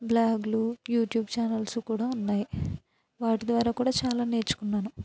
బ్లాగ్లు YouTube channels కూడా ఉన్నాయి వాటి ద్వారా కూడా చాలా నేర్చుకున్నాను